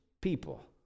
people